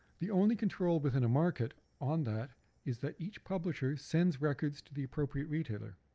the only control within a market on that is that each publisher sends records to the appropriate retailer.